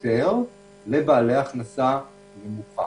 יותר לבעלי הכנסה נמוכה.